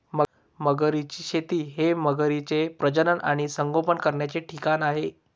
मगरींची शेती हे मगरींचे प्रजनन आणि संगोपन करण्याचे ठिकाण आहे